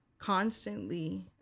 constantly